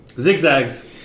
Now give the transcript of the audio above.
Zigzags